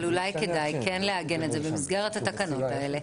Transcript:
אבל אולי כדאי לעגן את זה במסגרת התקנות האלה.